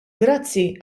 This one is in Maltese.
grazzi